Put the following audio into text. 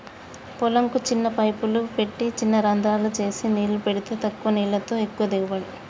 పొలం కు చిన్న పైపులు పెట్టి చిన రంద్రాలు చేసి నీళ్లు పెడితే తక్కువ నీళ్లతో ఎక్కువ దిగుబడి